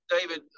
David